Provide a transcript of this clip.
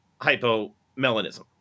hypomelanism